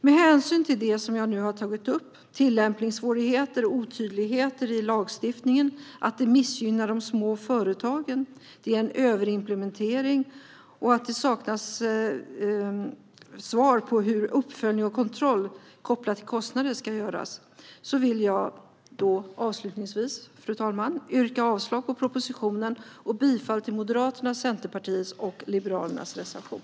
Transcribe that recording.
Med hänsyn till det som jag nu har tagit upp - tillämpningssvårigheter och otydligheter i lagstiftningen, att det missgynnar de små företagen, att det är en överimplementering och att det saknas svar på hur uppföljning och kontroll, kopplat till kostnader, ska göras - vill jag avslutningsvis yrka avslag på propositionen och bifall till Moderaternas, Centerpartiets och Liberalernas reservation.